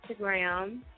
Instagram